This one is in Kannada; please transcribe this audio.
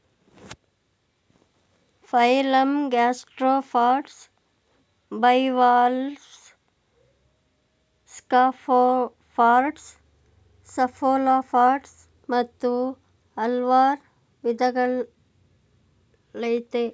phylum gastropods bivalves scaphopods cephalopods ಮತ್ತು ಹಲ್ವಾರ್ ವಿದಗಳಯ್ತೆ